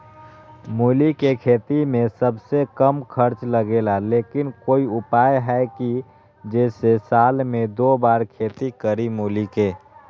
मूली के खेती में सबसे कम खर्च लगेला लेकिन कोई उपाय है कि जेसे साल में दो बार खेती करी मूली के?